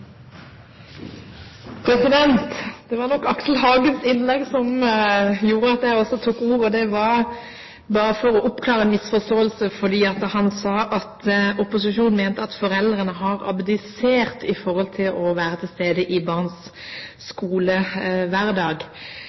Det var Aksel Hagens innlegg som gjorde at jeg også tok ordet, og det er for å oppklare en misforståelse. Han sa at opposisjonen mener at foreldrene har «abdisert» i forhold til å være til stede i barns skolehverdag.